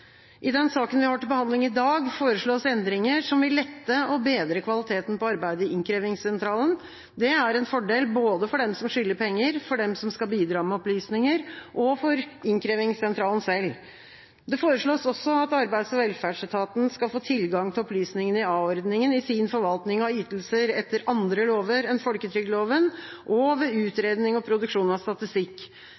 I den saken vi har til behandling i dag, foreslås endringer som vil lette og bedre kvaliteten på arbeidet i Innkrevingssentralen. Det er en fordel både for de som skylder penger, for dem som skal bidra med opplysninger, og for Innkrevingssentralen selv. Det foreslås også at Arbeids- og velferdsetaten skal få tilgang til opplysningene i a-ordningen i sin forvaltning av ytelser etter andre lover enn folketrygdloven og ved